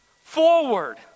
Forward